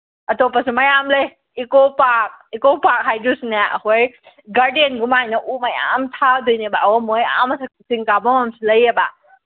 ꯑꯇꯣꯞꯄꯁꯨ ꯃꯌꯥꯝ ꯂꯩ ꯏꯀꯣ ꯄꯥꯛ ꯏꯀꯣ ꯄꯥꯛ ꯍꯥꯏꯗ꯭ꯔꯁꯨꯅꯦ ꯑꯩꯈꯣꯏ ꯒꯥꯔꯗꯦꯟꯒꯨꯃꯥꯏꯅ ꯎ ꯃꯌꯥꯝ ꯊꯥꯗꯣꯏꯅꯦꯕ ꯑꯗꯨꯒ ꯃꯣꯏ ꯑꯥ ꯃꯊꯛ ꯆꯤꯡ ꯀꯥꯕꯝ ꯑꯃꯁꯨ ꯂꯩꯌꯦꯕ